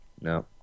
No